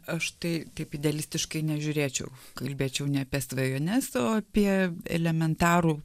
aš tai taip idealistiškai nežiūrėčiau kalbėčiau ne apie svajones o apie elementarų